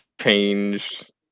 changed